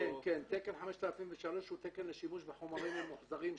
תקן 5003 הוא תקן לשימוש בחומרים ממוחזרים,